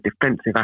defensive